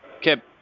Kip